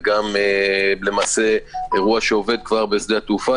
וגם אירוע שעובד כבר בשדה התעופה,